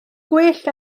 gwell